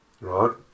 right